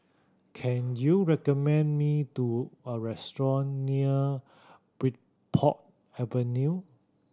can you recommend me do a restaurant near Bridport Avenue